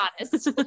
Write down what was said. honest